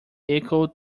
echoed